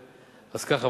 אז ככה,